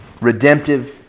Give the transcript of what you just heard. redemptive